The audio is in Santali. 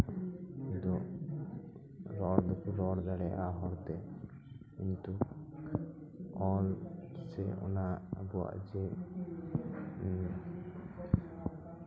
ᱫᱚ ᱨᱚᱲ ᱫᱚᱠᱚ ᱨᱚᱲ ᱫᱟᱲᱮᱟᱜᱼᱟ ᱦᱚᱲᱛᱮ ᱠᱤᱱᱛᱩ ᱚᱞ ᱥᱮ ᱚᱱᱟ ᱟᱵᱚᱣᱟᱜ ᱡᱮ ᱦᱮᱸ